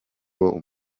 uwo